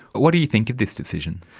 what do you think of this decision?